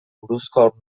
buruzko